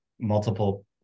multiple